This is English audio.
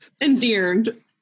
Endeared